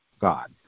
God